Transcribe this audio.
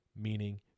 Meaning